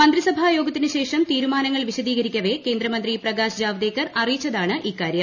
മന്ത്രിസഭ യോഗത്തിന്ട് ശേഷം തീരുമാനങ്ങൾ വിശദീകരിക്കവെ കേന്ദ്രമന്ത്രി പ്രകാശ് ജാവദ്ദേക്കർ അറിയിച്ചതാണ് ഇക്കാര്യം